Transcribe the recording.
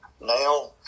now